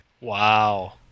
wow